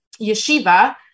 yeshiva